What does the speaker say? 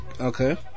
okay